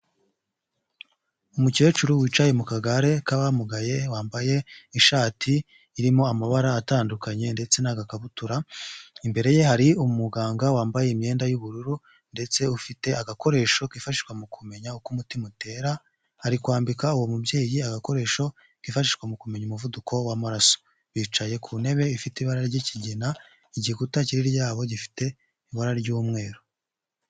Umukecuru wicaye mu kagare k'abamugaye, wambaye ishati irimo amabara atandukanye ndetse n'agakabutura, imbere ye hari umuganga wambaye imyenda y'ubururu ndetse ufite agakoresho kifashishwa mu kumenya uko umutima utera, ari kwambika uwo mubyeyi agakoresho kifashishwa mu kumenya umuvuduko w'amaraso, bicaye ku ntebe ifite ibara ry'ikigina, igikuta kiri hirya yabo gifite ibara ry'umweru.